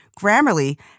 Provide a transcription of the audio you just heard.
Grammarly